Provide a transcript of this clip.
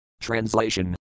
Translation